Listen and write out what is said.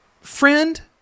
friend